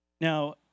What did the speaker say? Now